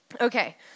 Okay